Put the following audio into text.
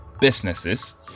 businesses